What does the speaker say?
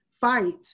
fight